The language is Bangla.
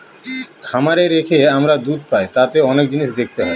খামারে রেখে আমরা দুধ পাই তাতে অনেক জিনিস দেখতে হয়